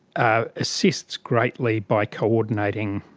ah assists greatly by coordinating.